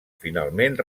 finalment